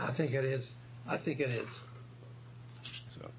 i think it is i think it is so